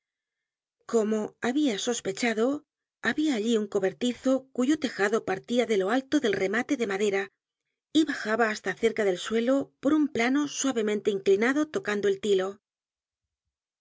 como habia sospechado había allí un cobertizo cuyo tejado partia de lo alto del rematé de madera y bajaba hasta cerca del suelo por un plano suavemente inclinado tocando al tilo